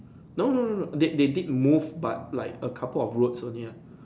no no no no they they did move but like a couple of roads only ah